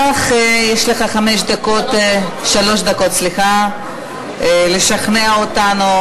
לך שלוש דקות לשכנע אותנו,